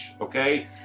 okay